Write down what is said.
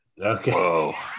okay